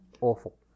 awful